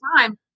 time